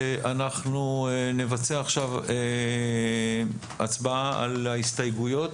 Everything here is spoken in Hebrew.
אנחנו נבצע עכשיו הצבעה על ההסתייגויות.